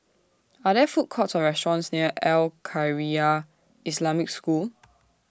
Are There Food Courts Or restaurants near Al Khairiah Islamic School